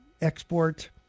export